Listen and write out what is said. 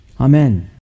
amen